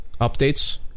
Updates